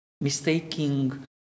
mistaking